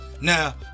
Now